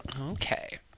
Okay